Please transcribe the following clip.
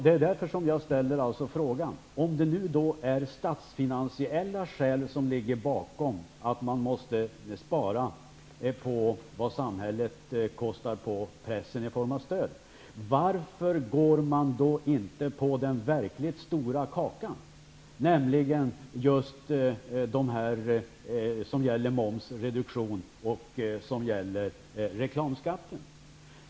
Det är därför jag ställer frågan: Om det nu är statsfinansiella skäl som ligger bakom att man måste spara på vad samhället kostar på pressen i form av stöd, varför går man då inte på den verkligt stora kakan, nämligen just reduktionen av momsen och reklamskatten?